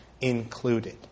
included